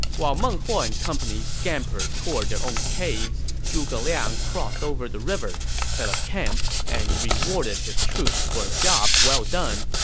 while meng huo and company scampered toward their own caves, zhuge liang crossed over the river, set up camp, and rewarded his troops for a job well done.